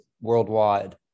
worldwide